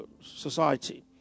Society